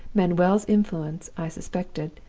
manuel's influence, i suspected,